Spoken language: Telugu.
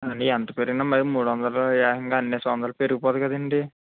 అది ఎంత పెరిగినా మరీ మూడు వందలు ఏకంగా అన్ని వందలు పెరిగిపోదు కదండి